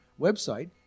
website